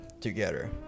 together